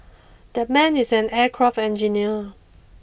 that man is an aircraft engineer